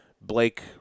Blake